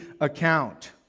account